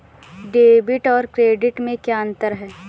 Debit और credit में क्या अंतर है?